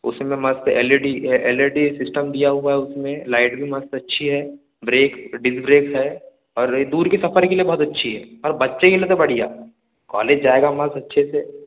उसमें मस्त L E D L E D system भी दिया हुआ है उसमें लाइट भी मस्त अच्छी है ब्रेक डिस्क ब्रेक्स है और रही दूर के सफर के लिए बहुत अच्छी है और बच्चे के लिए तो बढ़िया कॉलेज जाएगा मस्त अच्छे से